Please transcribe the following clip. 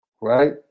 right